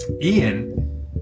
Ian